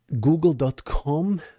Google.com